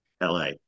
LA